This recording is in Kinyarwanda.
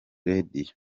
radio